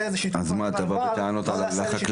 איזושהי תקופת מעבר --- אז אתה בא בטענות לחקלאים?